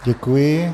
Děkuji.